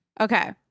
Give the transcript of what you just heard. Okay